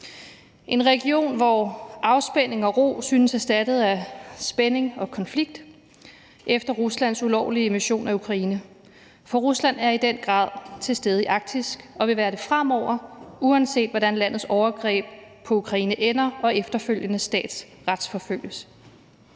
en region, hvor afspænding og ro synes erstattet af spænding og konflikt efter Ruslands ulovlige invasion af Ukraine. For Rusland er i den grad til stede i Arktis og vil være det fremover, uanset hvordan landets overgreb på Ukraine ender og staten efterfølgende retsforfølges.